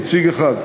נציג אחד,